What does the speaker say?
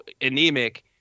anemic –